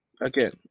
again